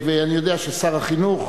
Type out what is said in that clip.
אני יודע ששר החינוך,